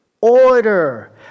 order